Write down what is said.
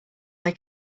they